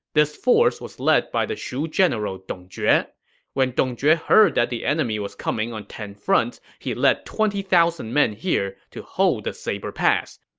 this force was led by the shu general dong jue. when when dong jue heard that the enemy was coming on ten fronts, he led twenty thousand men here to hold the saber pass.